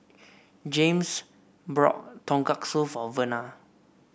Jaymes brought Tonkatsu for Verna